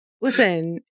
Listen